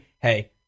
hey